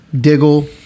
Diggle